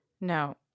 No